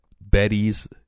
Betty's